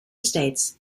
states